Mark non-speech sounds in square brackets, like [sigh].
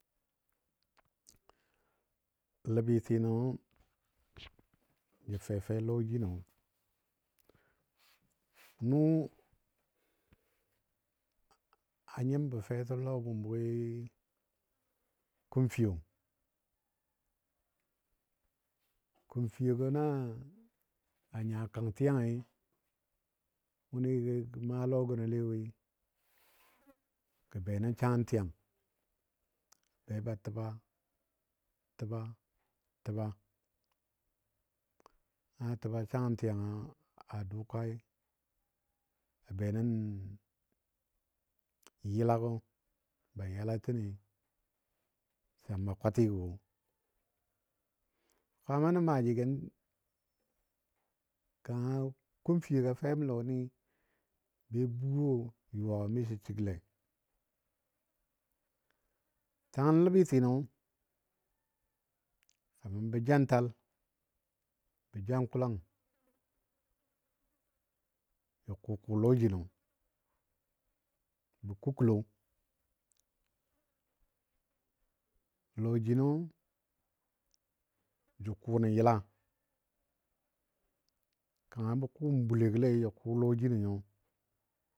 Ləbitinɔ [noise] jə fefe lɔjino nʊ a nyimbɔ fetəm lɔ a bʊmi kumfiyo, kumfiyogɔ na nya kantiyangi wʊni ga maa lɔ gənole woi, [noise] gə benən sangəntiyan a beba təba təba təba na təba sangən tiyanɔ a dʊkai, a benən yɨlagɔ ba yala tənoi sa maa kwatigə wo kwaama nə maaji gən kanga kumfiyoga fem lɔ ni be buwo yuwa miso səgle tangən ləbitino, kaman bə jwantal, bə jwangkulang, kʊkʊ lɔ jino, bə kukulo lɔ jino jə kʊ nən yɨla. Kanga bə kʊm bulegɔlei jə kʊ lɔ jino nyo.